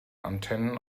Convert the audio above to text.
antennen